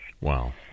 Wow